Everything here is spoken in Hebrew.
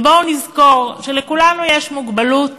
בואו נזכור שלכולנו יש מוגבלות